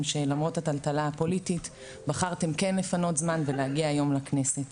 שלמרות הטלטלה הפוליטית בחרתם כן לפנות זמן ולהגיע היום לכנסת.